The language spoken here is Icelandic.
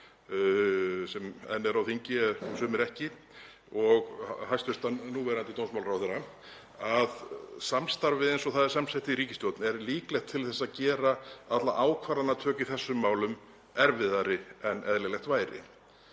sem enn eru á þingi, sumir ekki, og hæstv. núverandi dómsmálaráðherra, af því að samstarfið eins og það er samsett í ríkisstjórn er líklegt til að gera alla ákvarðanatöku í þessum málum erfiðari en eðlilegt væri.